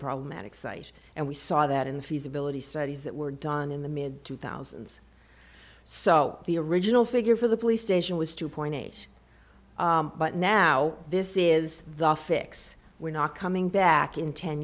problematic site and we saw that in the feasibility studies that were done in the mid two thousand so the original figure for the police station was two point eight but now this is the fix we're not coming back in ten